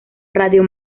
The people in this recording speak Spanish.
radio